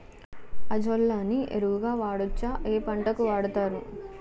Azolla ని ఎరువు గా వాడొచ్చా? ఏ పంటలకు వాడతారు?